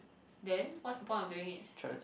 then what's the point of doing it